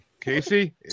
Casey